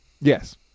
Yes